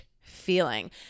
feeling